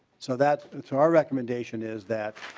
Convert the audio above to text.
so that it's our recommendation is that.